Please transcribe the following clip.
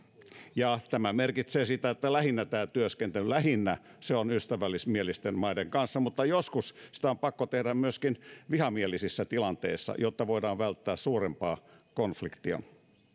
tämä merkitsee sitä että lähinnä tämä työskentely lähinnä on ystävällismielisten maiden kanssa mutta joskus sitä on pakko tehdä myöskin vihamielisissä tilanteissa jotta voidaan välttää suurempaa konfliktia